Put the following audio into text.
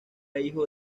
hijo